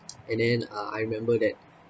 and then uh I remember that